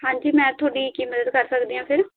ਹਾਂਜੀ ਮੈਂ ਤੁਹਾਡੀ ਕੀ ਮਦਦ ਕਰ ਸਕਦੀ ਹਾਂ ਫਿਰ